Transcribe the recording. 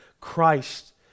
Christ